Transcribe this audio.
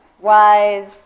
wise